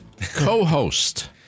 co-host